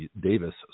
Davis